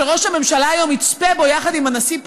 שראש הממשלה היום יצפה בו יחד עם הנשיא פוטין,